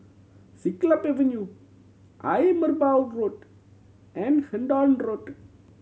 Siglap Avenue Ayer Merbau Road and Hendon Road